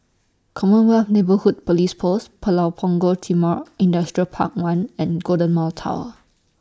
Commonwealth Neighbourhood Police Post Pulau Punggol Timor Industrial Park one and Golden Mile Tower